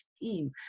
team